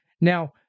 Now